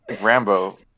Rambo